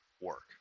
work